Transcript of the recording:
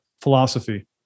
philosophy